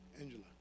Angela